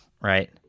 right